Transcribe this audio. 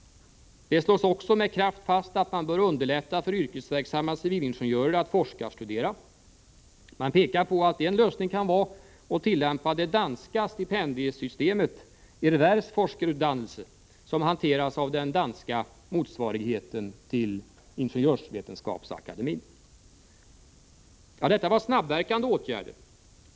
Det slås också med kraft fast att man bör underlätta för yrkesverksamma civilingenjörer att forskarstudera. Man pekar på att en lösning kan vara att tillämpa det danska stipendiesystemet ”erhvervsforskeruddannelse”, som hanteras av den danska motsvarigheten till Ingenjörsvetenskapsakademien. Det som nu nämnts är snabbverkande åtgärder.